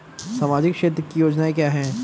सामाजिक क्षेत्र की योजनाएं क्या हैं?